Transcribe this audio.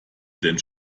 denn